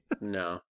No